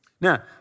Now